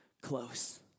close